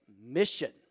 mission